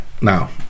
Now